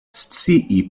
scii